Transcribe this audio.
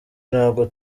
ntabwo